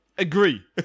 Agree